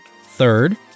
Third